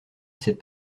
cette